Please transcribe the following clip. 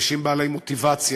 אנשים בעלי מוטיבציה,